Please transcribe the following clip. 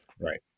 Right